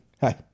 Hi